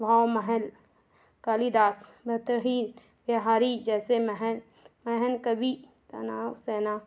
भाव महल कालिदास मतही या हारी जैसे महान महान कवि तनाव सेना